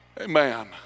amen